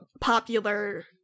popular